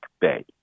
Bay